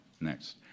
next